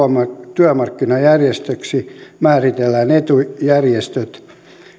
työmarkkinajärjestöiksi määritellään etujärjestöt